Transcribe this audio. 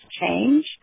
change